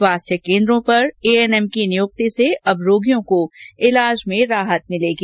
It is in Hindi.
स्वास्थ्य केन्द्रों पर एएनएम की नियुक्ति से अब रोगियों को इलाज में राहत मिलेगी